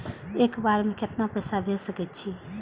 एक बार में केतना पैसा भेज सके छी?